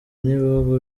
n’ibihugu